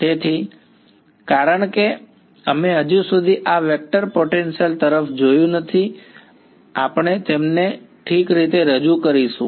તેથી કારણ કે અમે હજી સુધી આ વેક્ટર પોટેન્શિયલ તરફ જોયું નથી આપણે તેમને ઠીક રીતે રજૂ કરીશું